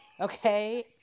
Okay